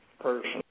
person